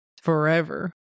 forever